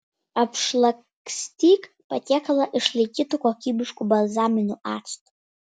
apšlakstyk patiekalą išlaikytu kokybišku balzaminiu actu